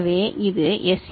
எனவே இது எஸ்